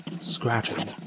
scratching